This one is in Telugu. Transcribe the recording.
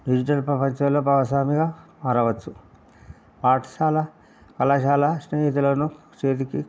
డిజిటల్ ప్రపంచంలో భాగస్వామిగా మారవచ్చు పాఠశాల కళాశాల స్నేహితులను చేతికి